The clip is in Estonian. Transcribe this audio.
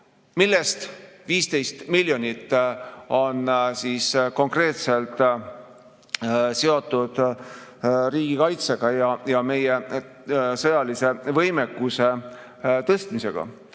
millest 15 miljonit on konkreetselt seotud riigikaitsega ja meie sõjalise võimekuse tõstmisega.